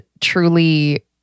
truly